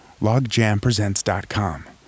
LogjamPresents.com